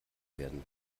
werden